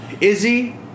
Izzy